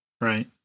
Right